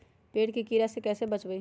पेड़ के कीड़ा से कैसे बचबई?